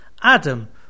Adam